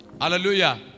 Hallelujah